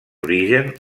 origen